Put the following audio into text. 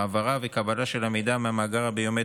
העברה וקבלה של המידע מהמאגר הביומטרי,